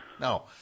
No